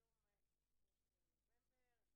היום ה-13 בנובמבר 2018,